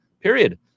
period